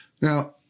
Now